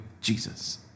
Jesus